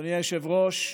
אדוני היושב-ראש,